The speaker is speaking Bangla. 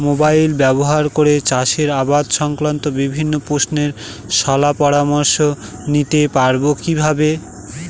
মোবাইল ব্যাবহার করে চাষের আবাদ সংক্রান্ত বিভিন্ন প্রশ্নের শলা পরামর্শ নিতে পারবো কিভাবে?